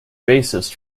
bassist